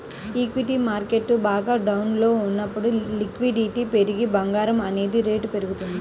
equity market బాగా డౌన్లో ఉన్నప్పుడు లిక్విడిటీ పెరిగి బంగారం అనేది రేటు పెరుగుతుంది